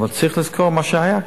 אבל צריך לזכור מה שהיה כאן.